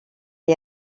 est